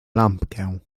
lampkę